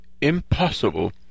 impossible